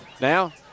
Now